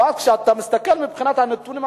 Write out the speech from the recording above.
ואז כשאתה מסתכל מבחינת הנתונים הסטטיסטיים,